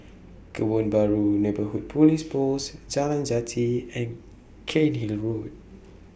Kebun Baru Neighbourhood Police Post Jalan Jati and Cairnhill Road